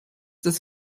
des